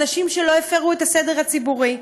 אנשים שלא הפרו את הסדר הציבורי,